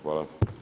Hvala.